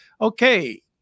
Okay